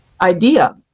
idea